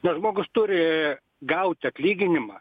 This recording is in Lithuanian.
nes žmogus turi gauti atlyginimą